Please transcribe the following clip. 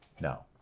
no